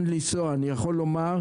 אני רוצה